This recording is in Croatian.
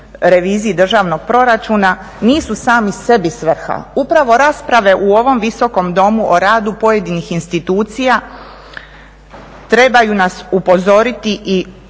reviziji državnog proračuna, nisu sami sebi svrha. Upravo rasprave u ovom Visokom domu o radu pojedinih institucija trebaju nas upozoriti i